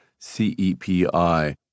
CEPI